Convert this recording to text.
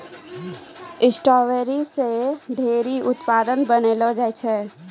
strawberry से ढेरी उत्पाद बनैलो जाय छै